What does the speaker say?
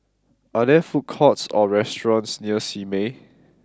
are there food courts or restaurants near Simei